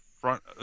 front